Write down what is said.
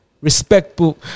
Respectful